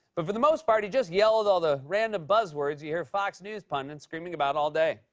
but for the most part he just yelled all the random buzz words you hear fox news pundits screaming about all day.